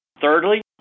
Thirdly